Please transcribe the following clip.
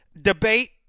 debate